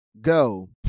go